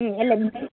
એટલે મેમ